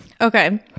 Okay